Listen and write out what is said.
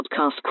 podcast